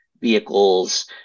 vehicles